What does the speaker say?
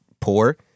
poor